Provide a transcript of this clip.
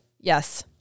Yes